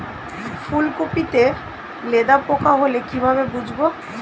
ফুলকপিতে লেদা পোকা হলে কি ভাবে বুঝবো?